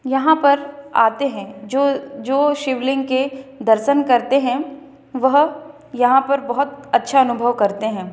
यहाँ पर आते हैं जो जो शिवलिंग के दर्शन करते हैं वह यहाँ पर बहुत अच्छा अनुभव करते हैं